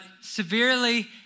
severely